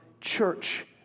church